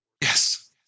Yes